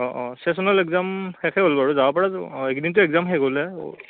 অঁ অঁ sessional exam শেষেই হ'ল বাৰু যাব পৰা যাব অঁ এইকেইদিনটো এক্জাম শেষ হ'লেই